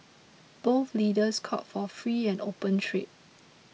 both leaders called for free and open trade